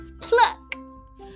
pluck